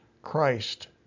Christ